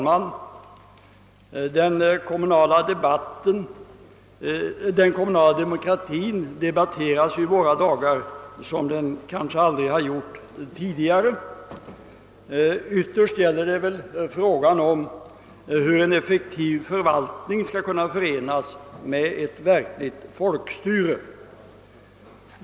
Herr talman! Den kommunala demokratin debatteras i våra dagar som kanske aldrig tidigare. Ytterst gäller det väl frågan om hur en effektiv förvaltning skall kunna förenas med ett verkligt folkstyre.